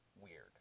weird